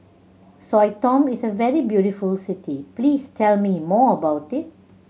Sao Tome is a very beautiful city please tell me more about it